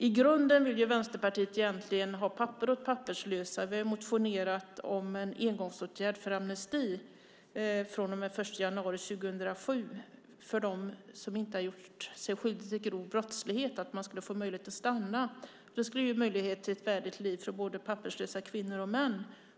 I grunden vill Vänsterpartiet ha papper åt papperslösa. Vi har motionerat om en engångsåtgärd om amnesti från och med den 1 januari 2007 för dem som inte gjort sig skyldiga till grov brottslighet så att de fick möjlighet att stanna. Det skulle ge möjlighet till ett värdigt liv för de papperslösa kvinnorna och männen.